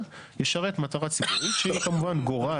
ישרת מטרה ציבורית שהיא כמובן גורעת